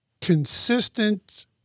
consistent